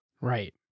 Right